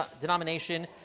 denomination